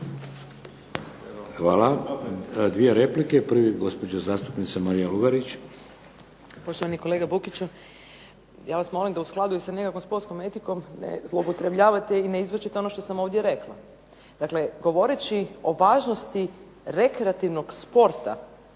Hvala. Dvije replike. Prva, gospođa zastupnica Marija Lugarić. **Lugarić, Marija (SDP)** Poštovani kolega Bukić, ja vas molim da u skladu sa nekakvom sportskom etikom ne zloupotrebljavate i ne izvrćete ono što sam ovdje rekla. Dakle, govoreći o važnosti rekreativnog sporta